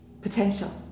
potential